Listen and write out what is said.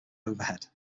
overhead